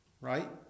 right